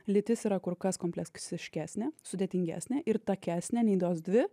lytis yra kur kas kompleksiškesnė sudėtingesnė ir takesnė nei tos dvi